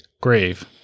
grave